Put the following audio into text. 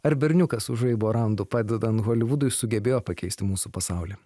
ar berniukas su žaibo randu padedant holivudui sugebėjo pakeisti mūsų pasaulį